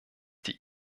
die